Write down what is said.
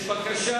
יש בקשה